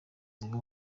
ziva